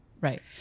Right